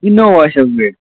Innova چھَس گٲڑۍ